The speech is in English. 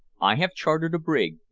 i have chartered a brig,